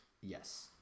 Yes